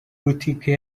boutique